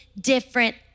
different